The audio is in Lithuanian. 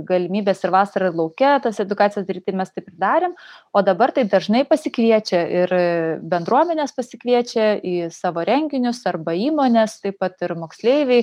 galimybės ir vasarą lauke tas edukacijas diryt tai mes taip ir darėm o dabar taip dažnai pasikviečia ir bendruomenės pasikviečia į savo renginius arba įmonės taip pat ir moksleiviai